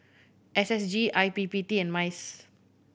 S S G I P P T and MICE